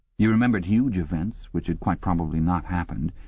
you remembered huge events which had quite probably not happened,